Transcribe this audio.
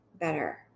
better